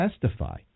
testify